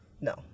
No